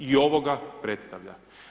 I ovo ga predstavlja.